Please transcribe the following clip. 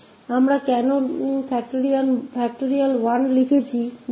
क्यों हमने लिखा है 1